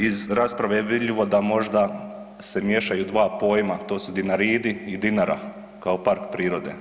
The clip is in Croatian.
Iz rasprave je vidljivo da možda se miješaju dva pojma, to su Dinaridi i Dinara, kao park prirode.